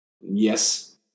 Yes